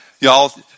Y'all